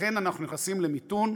לכן אנחנו נכנסים למיתון,